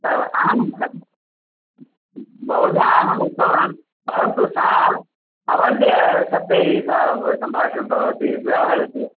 एव अहं तत् बहुधा अहम् उक्तवान् परन्तु सा अवाच्यशब्दैः सह सम्भाषणं करोति व्यवहरति